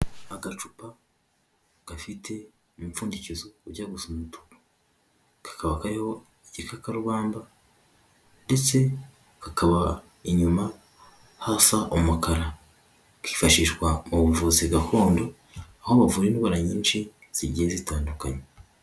Agacupa gafite umupfundikizo ujya gusa umutuku, kakaba kariho igikakarubamba ndetse kakaba inyuma hasa umukara, kifashishwa mu buvuzi gakondo, aho bavura indwara nyinshi zigiye zitandukanye.